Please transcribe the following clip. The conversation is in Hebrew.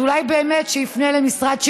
אז אולי שבאמת יפנה למשרד שידוכים,